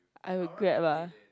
I will Grab lah